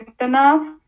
enough